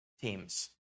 teams